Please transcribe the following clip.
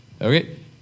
Okay